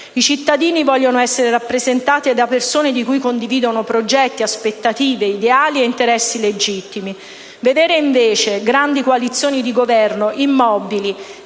I cittadini vogliono essere rappresentati da persone di cui condividono progetti, aspettative, ideali e interessi legittimi. Vedere invece grandi coalizioni di Governo immobili,